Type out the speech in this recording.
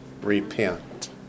repent